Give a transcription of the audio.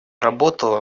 работала